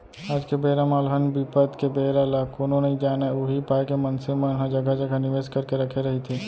आज के बेरा म अलहन बिपत के बेरा ल कोनो नइ जानय उही पाय के मनसे मन ह जघा जघा निवेस करके रखे रहिथे